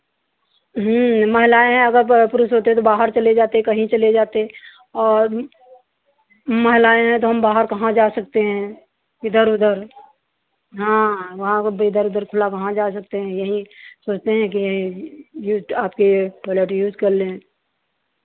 महिलाएँ हैं अगर पुरुष होते तो बाहर चले जाते कहीं चले जाते और महिलाएँ हैं तो हम बाहर कहाँ जा सकते हैं इधर उधर हाँ वहाँ इधर उधर खुला कहाँ जा सकते हैं यही सोचते हैं कि यहीं यूज़ आपके टॉयलेट यूज़ कर लें